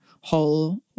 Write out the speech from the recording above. whole